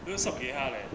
people sub 给他 leh